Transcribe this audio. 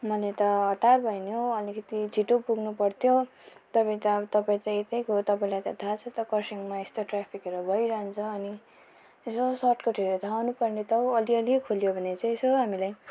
मलाई त हतार भयो नि हौ अलिकति छिटो पुग्नु पर्थ्यो तपाईँ त अब तपाईँ त यतैको हो तपाईँलाई त थाह छ कर्सियङमा यस्तो ट्राफिकहरू भइरहन्छ अनि यसो सर्टकटहरू थाह हुनु पर्ने त हौ अलिअलि खोल्यो भने चाहिँ यसो हामीलाई